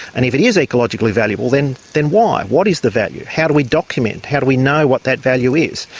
and if it is ecologically valuable, then then why? what is the value? how do we document, how do we know what that value is?